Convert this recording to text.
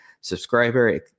subscriber